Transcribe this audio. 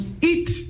eat